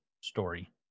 story